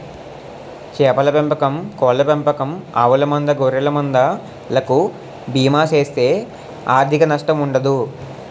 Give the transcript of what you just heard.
చేపల పెంపకం కోళ్ళ పెంపకం ఆవుల మంద గొర్రెల మంద లకు బీమా చేస్తే ఆర్ధిక నష్టం ఉండదు